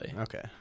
okay